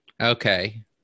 Okay